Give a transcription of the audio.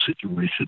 situation